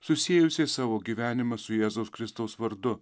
susiejusiais savo gyvenimą su jėzaus kristaus vardu